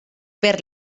per